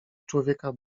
człowieka